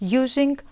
using